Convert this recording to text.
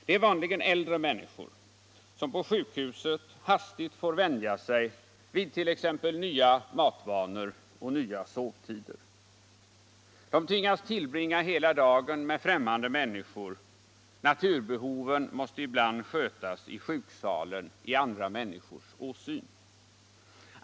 Det är vanligen äldre människor, som på sjukhusen hastigt får vänja sig vid t.ex. nya matvanor och nya sovtider. De tvingas tillbringa hela dagen med främmande människor. Naturbehoven måste ibland skötas i sjuksalen i andra människors åsyn.